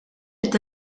est